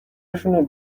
هاشونو